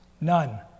none